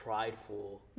prideful